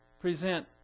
present